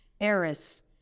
heiress